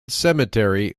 cemetery